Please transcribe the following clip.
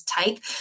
take